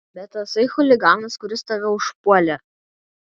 bet tasai chuliganas kuris tave užpuolė